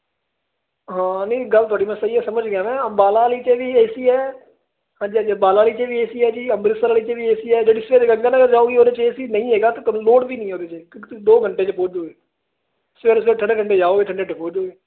ਹਾਂ ਨਹੀਂ ਗੱਲ ਤੁਹਾਡੀ ਮੈਂ ਸਹੀ ਸਮਝ ਗਿਆ ਨਾ ਅੰਬਾਲਾ ਵਾਲੀ 'ਚ ਵੀ ਏ ਸੀ ਹੈ ਹਾਂਜੀ ਹਾਂਜੀ ਅੰਬਾਲਾ ਵਾਲੀ 'ਚ ਵੀ ਏ ਸੀ ਹੈ ਜੀ ਅੰਮ੍ਰਿਤਸਰ ਵਾਲੀ 'ਚ ਵੀ ਏ ਸੀ ਹੈ ਜਿਹੜੀ ਸਵੇਰੇ ਗੰਗਾ ਨਗਰ ਜਾਊਗੀ ਉਹਦੇ 'ਚ ਏ ਸੀ ਨਹੀਂ ਹੈਗਾ ਅਤੇ ਤੁਹਾਨੂੰ ਲੋੜ ਵੀ ਨਹੀਂ ਉਹਦੇ 'ਚ ਕਿਉਂਕਿ ਤੁਸੀਂ ਦੋ ਘੰਟੇ ਸਵੇਰੇ ਸਵੇਰ ਠੰਢੇ ਠੰਢੇ ਜਾਓਗੇ ਠੰਢੇ ਠੰਢੇ ਪਹੁੰਚ ਜਾਓਗੇ